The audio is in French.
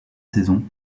saisons